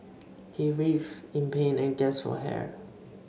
he writhed in pain and gasped for air